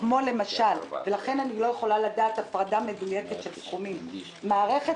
- אני לא יכולה לדעת הפרדה מדויקת של סכומים - כמו למשל מערכת